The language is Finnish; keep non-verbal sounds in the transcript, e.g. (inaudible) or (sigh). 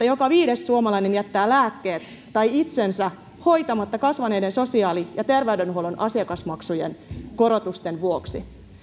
(unintelligible) joka viides suomalainen jättää lääkkeet hankkimatta tai itsensä hoitamatta kasvaneiden sosiaali ja terveydenhuollon asiakasmaksujen korotusten vuoksi